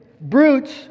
brutes